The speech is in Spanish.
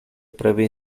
previo